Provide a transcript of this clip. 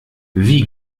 wie